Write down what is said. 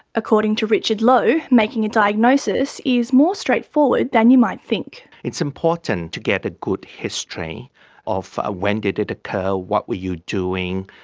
according to richard loh, making a diagnosis is more straightforward than you might think. it's important to get a good history of ah when did it occur, what were you doing,